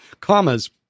commas